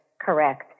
correct